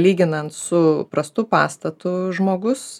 lyginant su prastu pastatu žmogus